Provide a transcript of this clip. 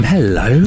Hello